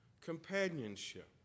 companionship